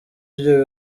ibyo